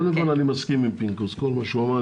אני מסכים עם ח"כ פינדרוס עם כל מה שהוא אמר.